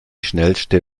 schnellste